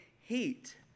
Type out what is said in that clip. heat